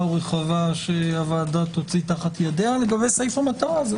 לא סעיף מטרה.